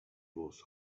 was